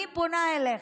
אני פונה אליך: